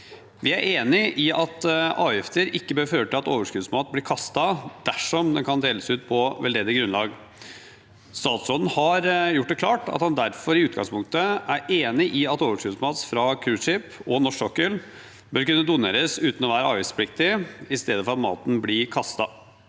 Vi er enig i at avgifter ikke bør føre til at overskuddsmat bli kastet dersom den kan deles ut til veldedige formål. Statsråden har gjort det klart at han derfor i utgangspunktet er enig i at overskuddsmat fra cruiseskip og norsk sokkel bør kunne doneres uten å være avgiftspliktig, i stedet for at maten blir kastet.